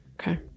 Okay